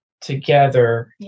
together